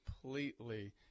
completely